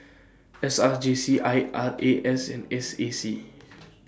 S R J C I R A S and S A C